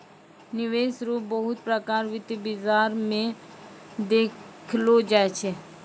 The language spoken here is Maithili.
निवेश रो बहुते प्रकार वित्त बाजार मे देखलो जाय छै